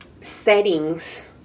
settings